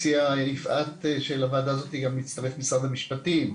הציעה יפעת שלוועדה הזאת הצטרף גם משרד המשפטים.